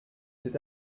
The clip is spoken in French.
cet